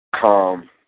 calm